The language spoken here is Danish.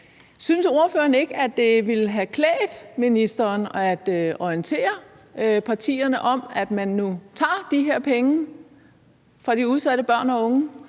Synes ordføreren ikke, at det ville have klædt ministeren at orientere partierne om, at man nu tager de her penge fra de udsatte børn og unge